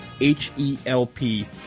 H-E-L-P